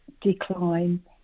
decline